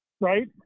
Right